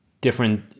different